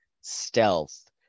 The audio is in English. Stealth